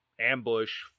ambush